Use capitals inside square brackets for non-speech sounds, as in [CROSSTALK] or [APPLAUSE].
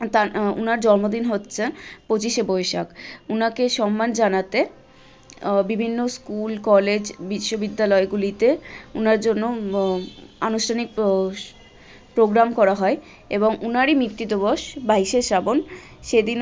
তার ওনার জন্মদিন হচ্ছে পঁচিশে বৈশাখ ওনাকে সম্মান জানাতে বিভিন্ন স্কুল কলেজ বিশ্ববিদ্যালয়গুলিতে ওনার জন্য আনুষ্ঠানিক [UNINTELLIGIBLE] পোগ্রাম করা হয় এবং ওনারই মৃত্যু দিবস বাইশে শ্রাবণ সেদিনও